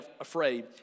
afraid